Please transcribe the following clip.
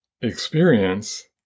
experience